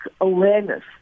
awareness